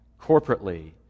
corporately